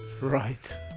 Right